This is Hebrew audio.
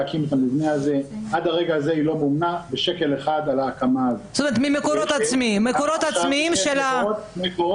אה, סתם ביקשו יפה הבנתי.